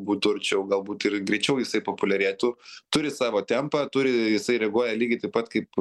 būtų arčiau galbūt ir greičiau jisai populiarėtų turi savo tempą turi jisai reaguoja lygiai taip pat kaip